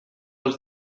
els